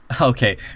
Okay